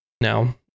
Now